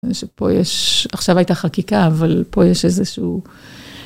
‫שפה יש... עכשיו הייתה חקיקה, ‫אבל פה יש איזשהו...